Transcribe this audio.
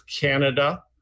Canada